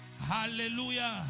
Hallelujah